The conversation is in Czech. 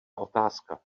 otázka